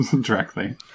directly